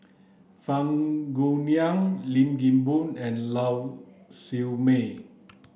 Fang Guixiang Lim Kim Boon and Lau Siew Mei